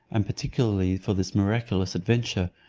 and particularly for this miraculous adventure,